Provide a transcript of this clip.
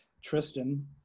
Tristan